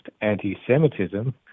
Anti-Semitism